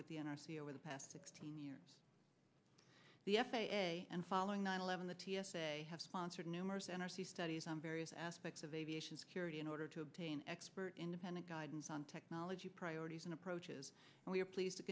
with the n r c over the past sixteen years the f a a and following nine eleven the t s a have sponsored numerous n r c studies on various aspects of aviation security in order to obtain expert independent guidance on technology priorities and approaches and we are pleased to